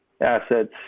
assets